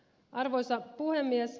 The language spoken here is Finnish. arvoisa puhemies